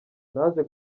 naje